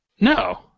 No